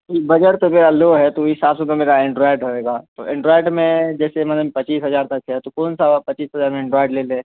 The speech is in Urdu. جی بجٹ تو میرا لو ہے تو اس حساب سے تو میرا اینڈرائڈ رہے گا تو اینڈرائڈ میں جیسے مثلاً پچیس ہزار تک ہے تو کون سا ہوگا پچیس ہزار میں اینڈرائڈ لے لیں